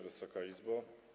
Wysoka Izbo!